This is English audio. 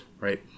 right